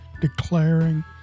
declaring